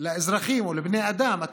לאזרחים או לבני אדם,